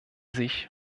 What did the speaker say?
sich